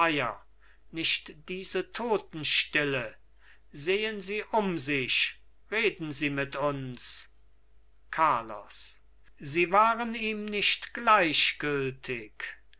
nicht diese totenstille sehen sie um sich reden sie mit uns carlos sie waren ihm nicht gleichgültig